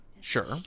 Sure